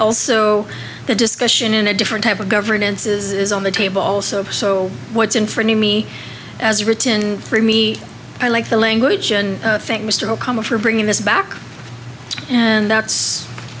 also the discussion in a different type of governance is on the table so what's in front of me as written for me i like the language and i think mr okama for bringing this back and that's